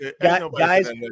guys